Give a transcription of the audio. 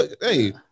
Hey